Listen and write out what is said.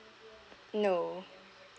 no